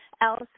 else